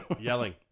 yelling